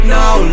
now